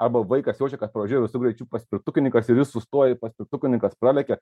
arba vaikas jaučia kad pravažiuoja visu greičiu paspirtukininkas ir jis sustoja ir paspirtukininkas pralekia